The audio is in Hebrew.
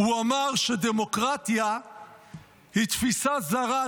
הוא אמר שדמוקרטיה היא תפיסה זרה,